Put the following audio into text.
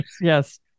Yes